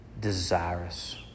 desirous